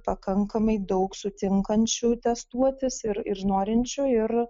pakankamai daug sutinkančių testuotis ir ir norinčių ir